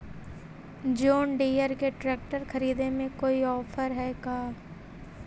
जोन Deere के tractor खरिदे में कोई औफर है का?